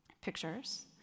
pictures